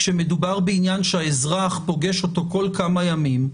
כשמדובר בעניין שהאזרח פוגש אותו בכל כמה ימים,